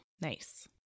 Nice